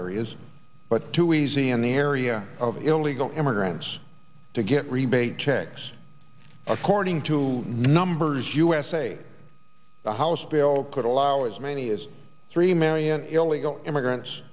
areas but too easy in the area of illegal immigrants to get rebate checks according to numbers usa the house bill could allow as many as three million illegal immigrants